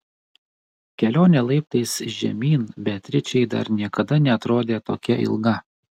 kelionė laiptais žemyn beatričei dar niekada neatrodė tokia ilga